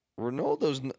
Ronaldo's